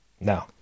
No